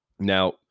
Now